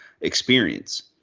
experience